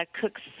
cooks